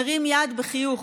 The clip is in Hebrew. מרים יד בחיוך.